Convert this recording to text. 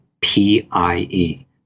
P-I-E